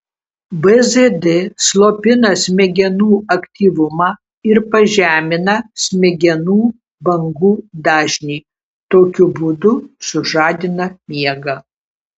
bzd slopina smegenų aktyvumą ir pažemina smegenų bangų dažnį tokiu būdu sužadina miegą